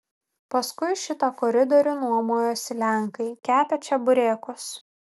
paskui šitą koridorių nuomojosi lenkai kepę čeburekus